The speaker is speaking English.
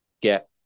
get